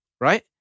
Right